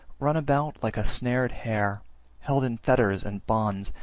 run about like a snared hare held in fetters and bonds,